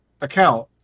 account